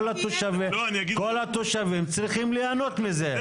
כל התושבים צריכים ליהנות מזה.